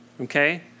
Okay